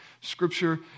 scripture